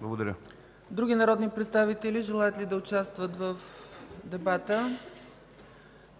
ЦАЧЕВА: Други народни представители желаят ли да участват в дебата?